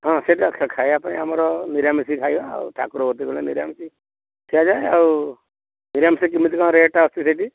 ହଁ ସେଟା ଖାଇବା ପାଇଁ ଆମର ନିରାମିଷ ଖାଇବା ଆଉ ଠାକୁର କତିକି ଗଲେ ନିରାମିଷ ଖିଆଯାଏ ଆଉ ନିରାମିଷ କେମିତି କ'ଣ ରେଟ୍ ଆସୁଛି ସେଠି